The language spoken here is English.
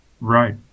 Right